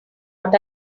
what